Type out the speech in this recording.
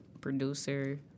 producer